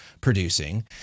producing